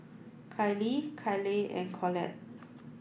Kylee Kyleigh and Collette